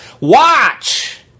Watch